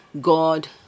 God